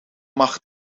macht